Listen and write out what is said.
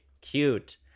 cute